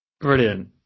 Brilliant